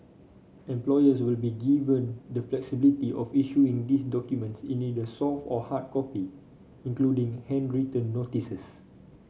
employers will be given the flexibility of issuing these documents in either soft or hard copy including handwritten notices